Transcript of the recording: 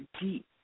deep